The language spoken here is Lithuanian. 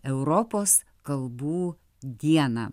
europos kalbų dieną